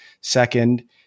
Second